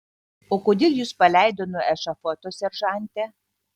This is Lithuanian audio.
o kodėl jus paleido nuo ešafoto seržante